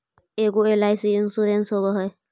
ऐगो LIC insurance होव है?